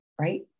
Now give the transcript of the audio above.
right